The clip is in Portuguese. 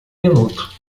minuto